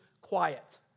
quiet